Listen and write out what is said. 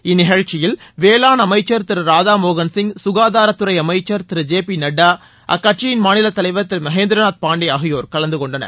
இந்நிகழ்ச்சியில் வேளாண் அமைச்சர் திரு ராதாமோகன் சிங் சுகாதாரத்துறை அமைச்சர் திரு ஜே பி நட்டா அக்கட்சியின் மாநில தலைவர் திரு மகேந்திரநாத் பாண்டே ஆகியோர் கலந்து கொண்டனர்